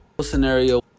scenario